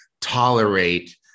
tolerate